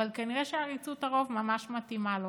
אבל כנראה שעריצות הרוב ממש מתאימה לו.